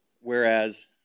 Whereas